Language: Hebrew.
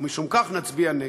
ומשום כך נצביע נגד.